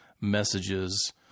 messages